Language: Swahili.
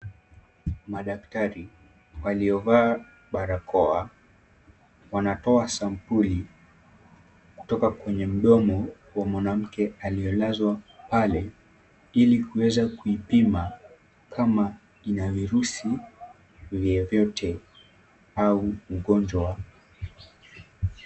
Madaktari waliovaa barakoa wanatoa sampuli kutoka kwenye mdomo wa mwanamke aliyelazwa pale ili kuweza kuipima kama ina virusi vyovyote au ugonjwa.